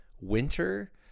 Winter